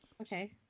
Okay